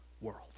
world